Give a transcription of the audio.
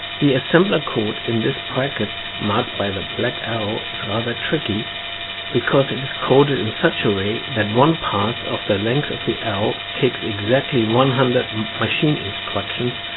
the assembler code in this bracket marked by the black arrow is rather tricky because it is coded in such a way that one pass of the length of the arrow takes exactly one hundred machine instructions,